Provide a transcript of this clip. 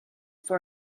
for